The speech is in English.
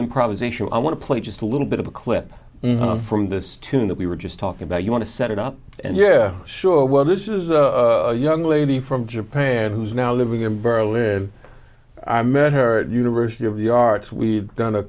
improvisation i want to play just a little bit of a clip from this tune that we were just talking about you want to set it up and yeah sure well this is a young lady from japan who's now living in violin i met her at university of the arts we'd done a